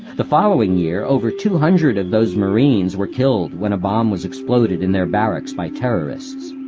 the following year, over two hundred of those marines were killed when a bomb was exploded in their barracks by terrorists.